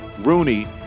Rooney